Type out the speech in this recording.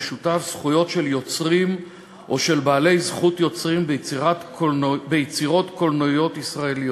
זכויות של יוצרים או של בעלי זכות יוצרים ביצירות קולנועיות ישראליות.